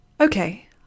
Okay